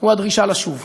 הוא הדרישה לשוב,